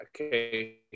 Okay